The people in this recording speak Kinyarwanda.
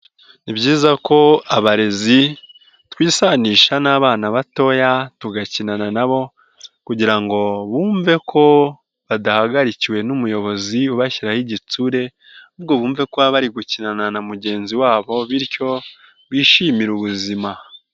Ni byiza ko abarezi twisanisha n'abana batoya tugakinana nabo kugira ngo bumve ko badahagarikiwe n'umuyobozi ubashyiraho igitsure, ahubwo bumve ko bari gukinana na mugenzi wabo bityo bishimire ubuzima.